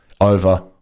over